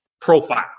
Profile